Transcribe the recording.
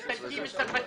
האיטלקי והצרפתי.